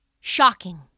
Shocking